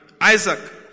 Isaac